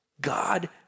God